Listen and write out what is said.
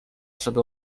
żeby